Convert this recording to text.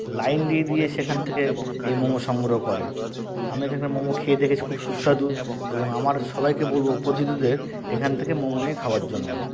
line দিয়ে দিয়ে সেখান থেকে এই মোমো সংগ্রহ করে আমি এখানকার মোমো খেয়ে দেখেছি খুব সুস্বাদু এবং আমার সবাইকে বলবো পরিচিতদের এখান থেকে মোমো নিয়ে খাবার জন্য